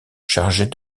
chargée